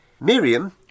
Miriam